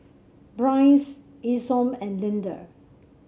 Bryce Isom and Lynda